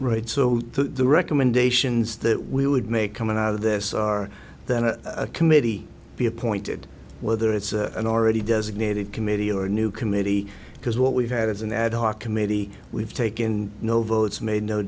right so that the recommendations that we would make coming out of this are then a committee be appointed whether it's an already designated committee or a new committee because what we've had is an ad hoc committee we've taken no votes made no